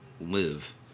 live